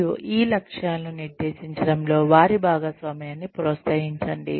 మరియు ఈ లక్ష్యాలను నిర్దేశించడంలో వారి భాగస్వామ్యాన్ని ప్రోత్సహించండి